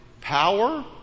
power